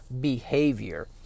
behavior